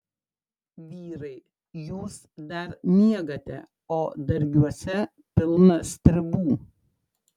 vyrai jūs dar miegate o dargiuose pilna stribų